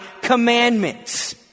commandments